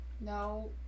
No